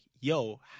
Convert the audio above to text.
yo